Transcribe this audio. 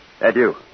Adieu